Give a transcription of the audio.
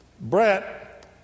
Brett